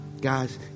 Guys